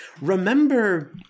Remember